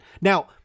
Now